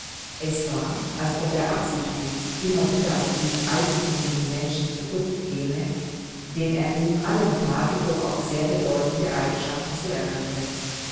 es war als ob er absichtlich immer wieder auf diesen eigenthümlichen menschen zurückkäme dem er neben allem tadel doch auch sehr bedeutende eigenschaften zuerkannte